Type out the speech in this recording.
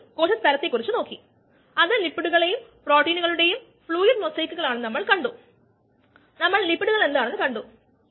വിഷവസ്തു കുറയ്ക്കുന്നതിലൂടെയും recirculate ചെയ്യുന് നത്തിലൂടെയും കോശങ്ങളുടെ വിളവ് വർദ്ധിപ്പിക്കുകയാണ് ലക്ഷ്യം